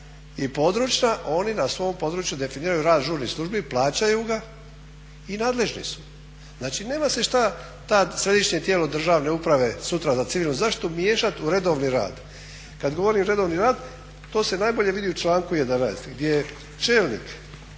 i područna oni na svom području definiraju rad žurnih službi, plaćaju ga i nadležni su. Znači nema se šta tad središnje tijelo državne uprave sutra za civilnu zaštitu miješat u redovni rad. Kad govorim redovni rad to se najbolje vidi u članku 11. gdje čelnik